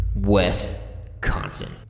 Wisconsin